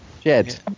Jed